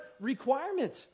requirement